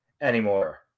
anymore